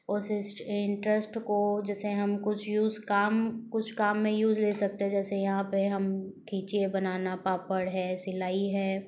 उस इंटरेस्ट को जैसे हम कुछ यूज़ काम कुछ काम में यूज़ ले सकते हैं जैसे यहाँ पर हम खीचिए बनाना पापड़ है सिलाई है